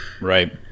Right